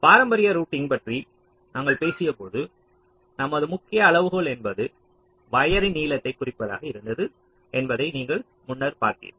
பாரம்பரிய ரூட்டிங் பற்றி நாங்கள் பேசியபோது நமது முக்கிய அளவுகோல் என்பது வயர்ரின் நீளத்தைக் குறிப்பதாக இருந்தது என்பதை நீங்கள் முன்னர் பார்த்தீர்கள்